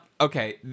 okay